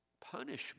punishment